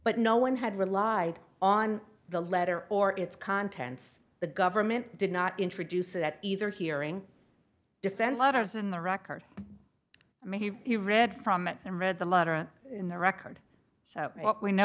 but no one had relied on the letter or its contents the government did not introduce it at either hearing defense letters in the record maybe you read from it and read the letter a in the record so what we know